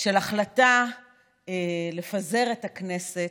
של החלטה לפזר את הכנסת.